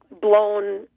blown